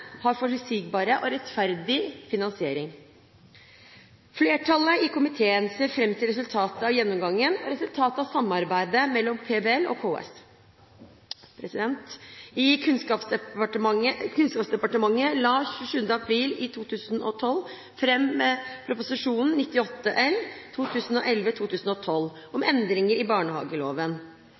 har en forutsigbar og rettferdig finansiering. Flertallet i komiteen ser fram til resultatet av gjennomgangen og resultatet av samarbeidet mellom PBL og KS. Kunnskapsdepartementet la 27. april 2012 fram Prop. 98 L for 2011–2012, Endringer i barnehageloven,